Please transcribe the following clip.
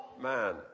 man